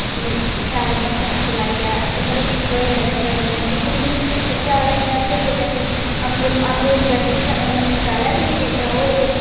मतलब शैल मर्चां मुर्चां लाइयै उस मतलब इनॅजाए करने गर्मियै दा सीजन बी ते सयाले दिने च होई गेआ जेसे कि अमरुद दा सीजन मतलब स्याले च बी बेचदे ओह्दे